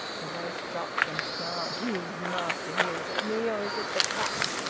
the voice dropped and snarled who's master here? is it me, or is it the cat?